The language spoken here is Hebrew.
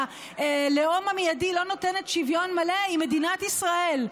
הלאום המיידי היא לא נותנת שוויון מלא היא מדינת ישראל.